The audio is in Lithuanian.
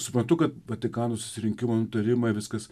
suprantu kad vatikano susirinkimo nutarimai viskas